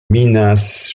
minas